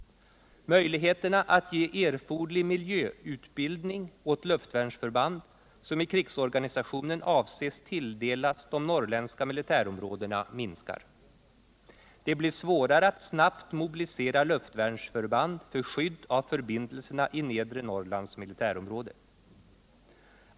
Möjligheterna att ge erforderlig miljöutbildning åt luftvärnsförband, som i krigsorganisationen avses bli tilldelade de norrländska militärområdena, minskar. Det blir svårare att snabbt mobilisera luftvärnsförband till skydd av förbindelserna i nedre Norrlands militärområde.